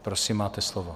Prosím, máte slovo.